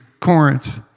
Corinth